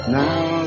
now